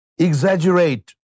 exaggerate